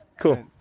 Cool